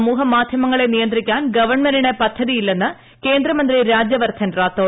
സമൂഹമാധ്യമങ്ങളെ നിയന്ത്രിക്കാൻ ഗവൺമെന്റിന് പദ്ധതിയില്ലെന്ന് കേന്ദ്രമന്ത്രി രാജൃവർദ്ധൻ റാത്തോഡ്